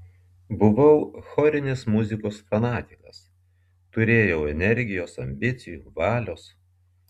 buvau chorinės muzikos fanatikas turėjau energijos ambicijų valios